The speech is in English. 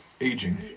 Aging